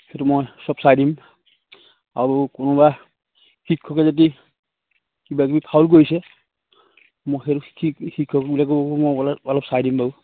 সেইটো মই চব চাই দিম আৰু কোনোবা শিক্ষকে যদি কিবাকিবি ফাউল কৰিছে মই সেইটো শিক শিক্ষকবিলাককো মই অলপ অলপ চাই দিম বাৰু